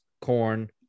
corn